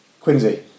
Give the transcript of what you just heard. Quincy